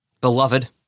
Beloved